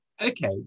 okay